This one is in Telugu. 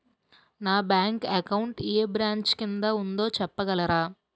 నా బ్యాంక్ అకౌంట్ ఏ బ్రంచ్ కిందా ఉందో చెప్పగలరా?